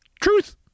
truth